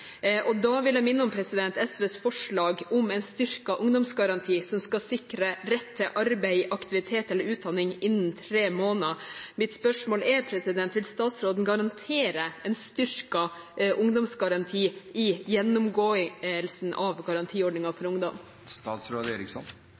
ungdom. Da vil jeg minne om SVs forslag om en styrket ungdomsgaranti som skal sikre rett til arbeid, aktivitet eller utdanning innen tre måneder. Mitt spørsmål er: Vil statsråden garantere en styrket ungdomsgaranti i gjennomgåelsen av garantiordningen for ungdom?